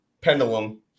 pendulum